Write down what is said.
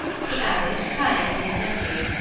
he added, turning to his nephew.